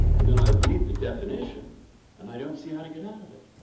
and then i read the definition and i don't see how to get out of it.